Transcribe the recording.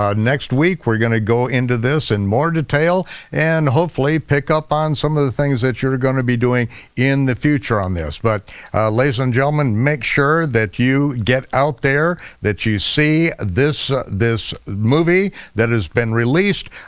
um next week we're gonna go into this in more detail and hopefully, pick up on some of the things that you're going to be doing in the future on this. but ladies and gentlemen, make sure that you get out there that you see this this movie that has been released.